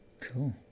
Cool